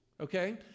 Okay